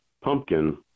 pumpkin